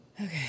okay